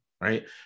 right